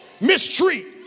mistreat